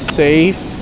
safe